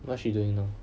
what she doing now